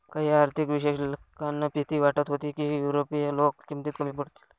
काही आर्थिक विश्लेषकांना भीती वाटत होती की युरोपीय लोक किमतीत कमी पडतील